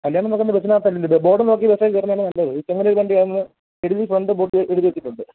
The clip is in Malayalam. കല്യാണം നടക്കുന്നത് ബസ്സിനകത്തല്ലല്ലോ ബോ ബോർഡ് നോക്കി ബസ്സേ കയറുന്നതല്ലേ നല്ലത് ചെങ്ങന്നൂർ വണ്ടിയാണെന്ന് എഴുതി ഫ്രണ്ട് ബോർഡിൽ എഴുതിവെച്ചിട്ടുണ്ട്